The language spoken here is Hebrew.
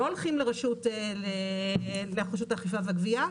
לא הולכים לרשות האכיפה והגבייה.